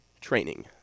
training